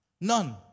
None